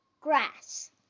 grass